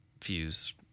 Fuse